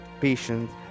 patience